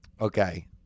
Okay